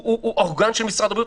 הוא אורגן של משרד הבריאות.